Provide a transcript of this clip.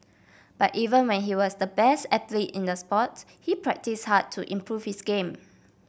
but even when he was the best athlete in the sport he practised hard to improve his game